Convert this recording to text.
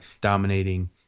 dominating